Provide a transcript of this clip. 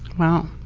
wow,